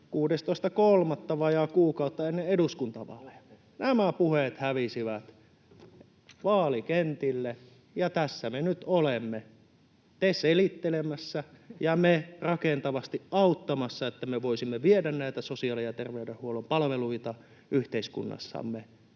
16.3., vajaa kuukausi ennen eduskuntavaaleja. Nämä puheet hävisivät vaalikentille, ja tässä me nyt olemme: te selittelemässä, ja me rakentavasti auttamassa, että me voisimme viedä näitä sosiaali- ja terveydenhuollon palveluita yhteiskunnassamme